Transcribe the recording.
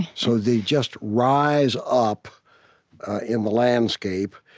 so they just rise up in the landscape.